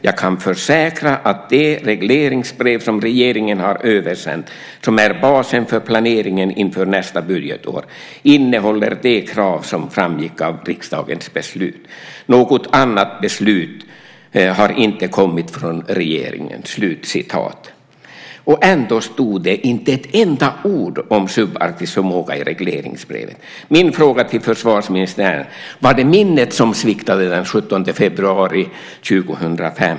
Jag kan försäkra att det regleringsbrev som regeringen har översänt, som är basen för planeringen inför nästa budgetår, innehåller de krav som framgick av riksdagens beslut. Något annat beslut har inte kommit från regeringen!" Ändå det stod inte ett enda ord om subarktisk förmåga i regleringsbrevet. Min fråga till försvarsministern blir: Var det minnet som sviktade den 17 februari 2005?